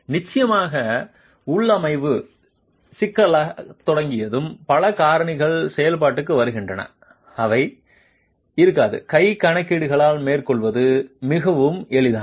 நிச்சயமாக உள்ளமைவு சிக்கலாகத் தொடங்கியதும் பல காரணிகள் செயல்பாட்டுக்கு வருகின்றன இவை இருக்காது கை கணக்கீடுகளால் மேற்கொள்வது மிகவும் எளிதானது